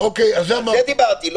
על זה דיברתי.